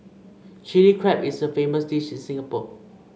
Chilli Crab is a famous dish in Singapore